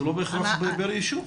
זה לא בהכרח פר ישוב.